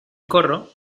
corro